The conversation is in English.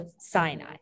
Sinai